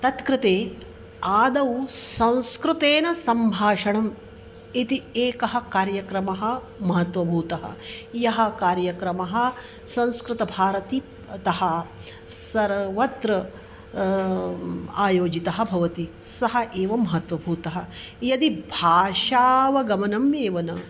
तत् कृते आदौ संस्कृतेन सम्भाषणम् इति एकः कार्यक्रमः महत्त्वभूतः यः कार्यक्रमः संस्कृतभारतीतः सर्वत्र आयोजितः भवति सः एव महत्त्वभूतः यदि भाषावगमनम् एव न